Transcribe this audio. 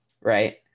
Right